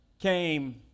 came